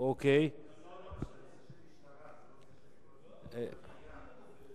זה נושא של משטרה, זה לא נושא של ביקורת המדינה.